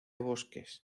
bosques